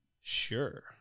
sure